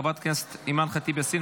חברת הכנסת אימאן ח'טיב יאסין,